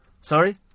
Sorry